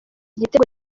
igitego